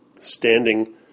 standing